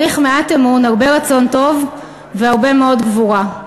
צריך מעט אמון, הרבה רצון טוב והרבה מאוד גבורה.